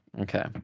Okay